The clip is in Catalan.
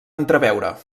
entreveure